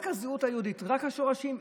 רק הזהות היהודית, רק השורשים.